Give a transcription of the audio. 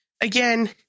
Again